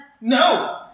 No